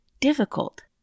difficult